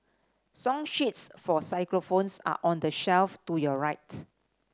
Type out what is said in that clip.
song sheets for xylophones are on the shelf to your right